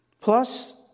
plus